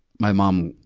my mom,